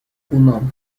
uno